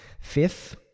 Fifth